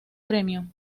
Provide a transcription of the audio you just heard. premium